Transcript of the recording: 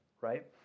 right